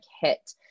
hit